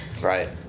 Right